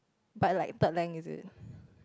but like bird length is it